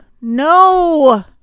no